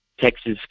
Texas